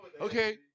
okay